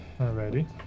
Alrighty